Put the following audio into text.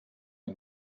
wir